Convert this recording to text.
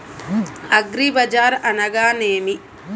అగ్రిబజార్ అనగా నేమి?